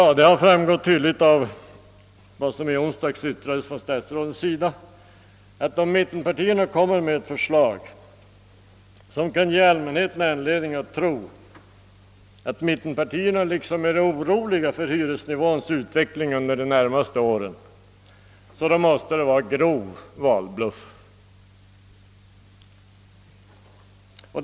Av vad som i onsdags yttrades av statsråden framgår tydligt att de anser, att om mittenpartierna kommer med ett förslag, som kan ge allmänheten intrycket att mittenpartierna liksom är oroliga för hyresnivåns utveckling under de närmaste åren, måste det vara en grov valbluff.